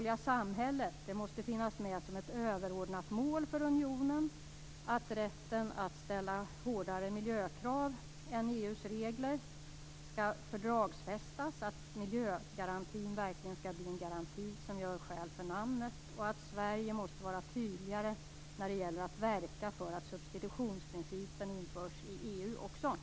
Det handlar om att det uthålliga samhället måste finnas med som ett överordnat mål för unionen, att rätten att ställa hårdare miljökrav än EU:s regler skall fördragsfästas, att miljögarantin verkligen skall bli en garanti som gör skäl för namnet och att Sverige måste vara tydligare när det gäller att verka för att substitutionsprincipen införs också i EU.